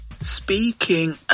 Speaking